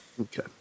Okay